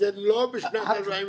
שזה לא בשנת 49',